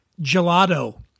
gelato